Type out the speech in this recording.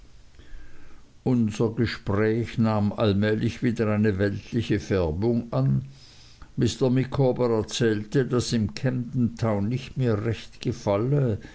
unser gespräch nahm allmählich wieder eine weltliche färbung an mr micawber erzählte daß ihm camdentown nicht mehr recht gefalle